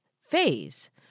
phase